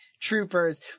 troopers